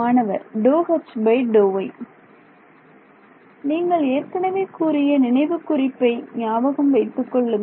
மாணவர் நீங்கள் ஏற்கனவே கூறிய நினைவுக் குறிப்பை ஞாபகம் வைத்துக்கொள்ளுங்கள்